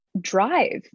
drive